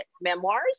memoirs